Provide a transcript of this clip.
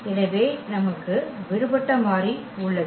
எனவே நமக்கு விடுபட்ட மாறி உள்ளது